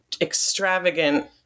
extravagant